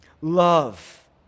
love